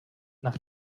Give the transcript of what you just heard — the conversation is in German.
nach